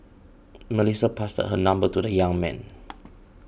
Melissa passed her number to the young man